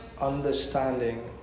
understanding